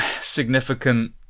significant